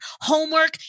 homework